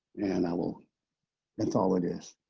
and i will that's all it is.